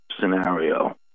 scenario